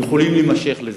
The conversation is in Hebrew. יכולים להימשך לזה.